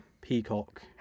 peacock